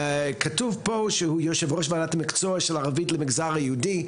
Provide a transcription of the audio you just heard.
כתוב פה שהוא יושב-ראש ועדת המקצוע של הערבית למגזר היהודי,